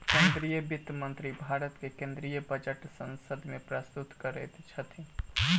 केंद्रीय वित्त मंत्री भारत के केंद्रीय बजट संसद में प्रस्तुत करैत छथि